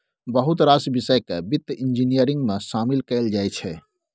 बहुत रास बिषय केँ बित्त इंजीनियरिंग मे शामिल कएल जाइ छै